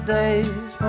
days